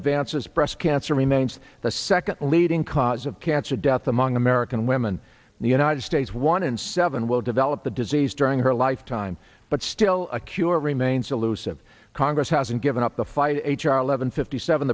advances breast cancer remains the second leading cause of cancer death among american women in the united states one in seven will develop the disease during her lifetime but still a cure remains elusive congress hasn't given up the fight h r eleven fifty seven